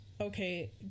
okay